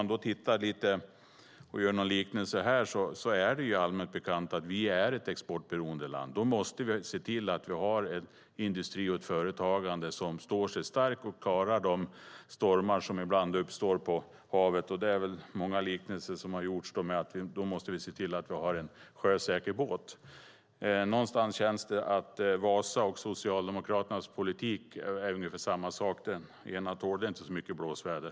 Det är allmänt bekant att vi är ett exportberoende land och måste alltså se till att ha en industri, och ett företagande, som står sig stark och klarar de stormar som ibland uppstår på havet. Därför måste vi - för att använda en liknelse - se till att vi har en sjösäker båt. Det känns som om Vasa och Socialdemokraternas politik är ungefär likadana. Den ena tålde inte så mycket blåsväder.